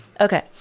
Okay